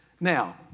Now